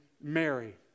Mary